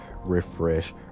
refresh